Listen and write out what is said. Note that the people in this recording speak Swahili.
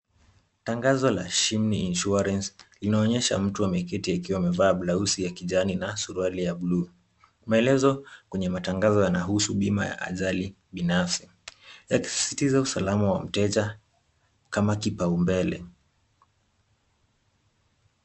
Tangazo la Shimini insurance linaonyesha mtu ameketi akiwa amevaa blauzi ya kijani na suruali ya bluu. Maelezo: kwenye matangazo yanahusu bima ya ajali, binafsi, yakisisitiza usalama wa mteja. Kama kipaumbele.